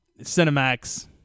Cinemax